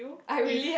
if